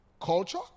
culture